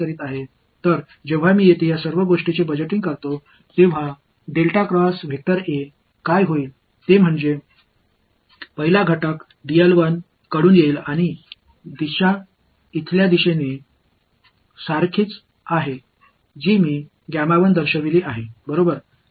எனவே நான் இதைச் செய்யும்போது இங்கு திட்டம் முழு விஷயத்திற்கும் என்ன நடக்கும் என்றாள் முதல் கூறு இல் இருந்து வரும் மற்றும் திசையானது இங்கே நான் காட்டிய திசையைப் போன்றது